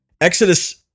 exodus